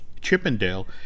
Chippendale